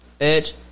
Edge